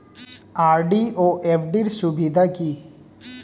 RD ও FD র সুবিধা কি?